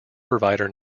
provider